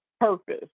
purpose